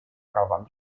правам